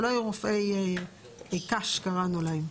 שלא יהיו רופאי קש קראנו להם.